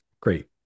great